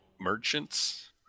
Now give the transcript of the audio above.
merchants